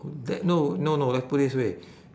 the~ no no no let's put this way